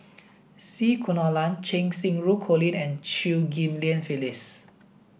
C Kunalan Cheng Xinru Colin and Chew Ghim Lian Phyllis